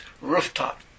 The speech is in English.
rooftop